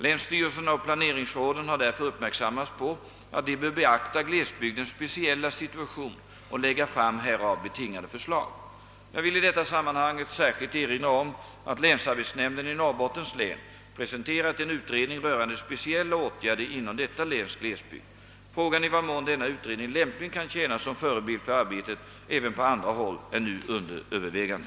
Länsstyrelserna och planeringsråden har därför uppmärksammats på att de bör beakta giesbygdens speciella situation och lägga fram härav betingade förslag. Jag vill i det sammanhanget särskilt erinra om att länsarbetsnämnden i Norrbottens län presenterat en utredning rörande specielia åtgärder inom detta läns glesbygd. Frågan i vad mån denna utredning lämpligen kan tjäna som förebild för arbetet även på andra håll är nu under övervägande.